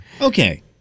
Okay